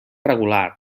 regular